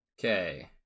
Okay